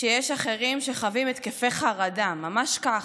שיש אחרים שחווים התקפי חרדה, ממש כך,